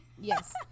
Yes